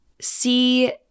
see –